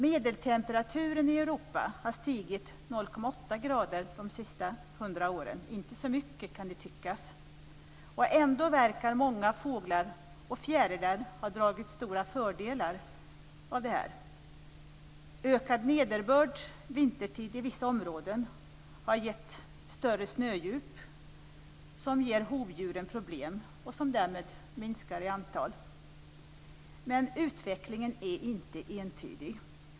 Medeltemperaturen i Europa har stigit med 0,8 grader de senaste 100 åren. Det kan tyckas att det inte är så mycket. Ändå verkar många fåglar och fjärilar ha dragit stora fördelar av detta. Ökad nederbörd vintertid i vissa områden har gett större snödjup som ger hovdjuren problem, vilket inneburit att de minskar i antal. Men utvecklingen är inte entydig.